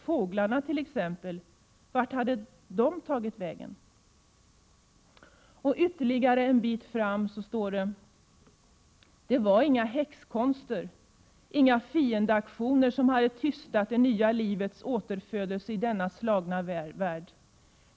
Fåglarna till exempel — vart hade de tagit vägen?” Och ytterligare en bit längre fram står det: ”Det var inga häxkonster, inga fiendeaktioner som hade tystat det nya livets återfödelse i denna slagna värld.